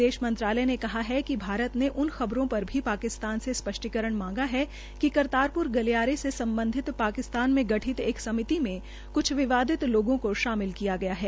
विदेश मंत्रालय ने कहा कि भारत ने उन खबरों पर भी पाकिस्तान से स्पष्टीकरण मांगा है कि करतारपुर गलियारे से सम्बधित पाकिस्तान में गठित समिति में कुछ विवादित लोगों को शामिल किया गया है